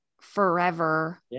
forever